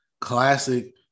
classic